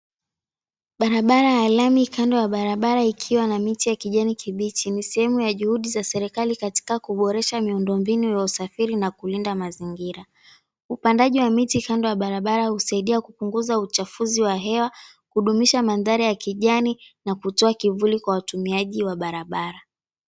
Barabara ya lami, kando ya barabara ikiwa na miti ya kijani kibichi. Ni sehemu ya juhudi za serikali katika kuboresha muindombinu ya usafiri na kulinda mazingira. Upandaji wa miti kando ya barabara husaidia kupunguza uchafuzi wa hewa, kudumisha mandhari ya kijani na kutoa kivuli kwa watumiaji wa barabara.